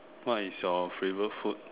what is your favourite food